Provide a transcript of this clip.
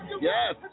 Yes